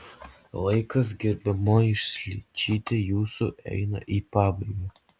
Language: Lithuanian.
laikas gerbiamoji šličyte jūsų eina į pabaigą